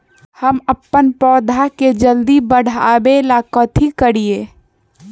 हम अपन पौधा के जल्दी बाढ़आवेला कथि करिए?